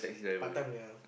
part time ya